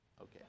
Okay